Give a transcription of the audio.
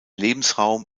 lebensraum